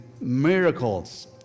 miracles